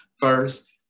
first